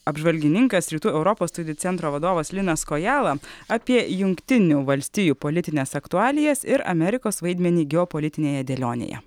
apžvalgininkas rytų europos studijų centro vadovas linas kojala apie jungtinių valstijų politines aktualijas ir amerikos vaidmenį geopolitinėje dėlionėje